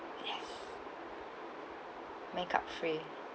yes makeup free